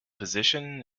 position